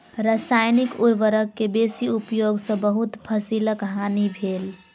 रसायनिक उर्वरक के बेसी उपयोग सॅ बहुत फसीलक हानि भेल